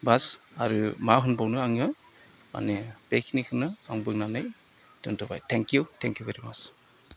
बास आरो मा होनबावनो आङो माने बेखिनिखौनो आं बुंनानै दोनथ'बाय थेंखइउ थेंखइउ भेरि माच